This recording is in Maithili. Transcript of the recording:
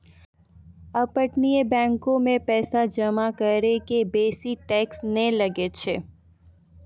अपतटीय बैंको मे पैसा जमा करै के बेसी टैक्स नै लागै छै